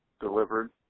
delivered